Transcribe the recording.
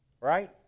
Right